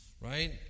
right